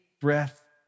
breath